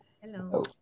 Hello